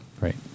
Right